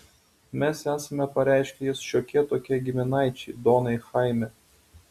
mes esame pareiškė jis šiokie tokie giminaičiai donai chaime